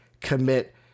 commit